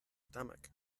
stomach